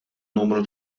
numru